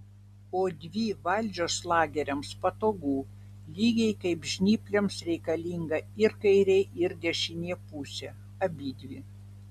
o dvi valdžios lageriams patogu lygiai kaip žnyplėms reikalinga ir kairė ir dešinė pusė abidvi